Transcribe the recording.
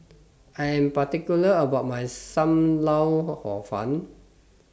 I Am particular about My SAM Lau Hor Fun